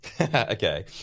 Okay